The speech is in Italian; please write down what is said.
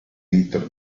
little